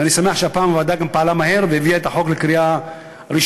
ואני שמח שהפעם הוועדה פעלה מהר והביאה את החוק לקריאה ראשונה.